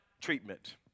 treatment